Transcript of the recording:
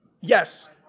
Yes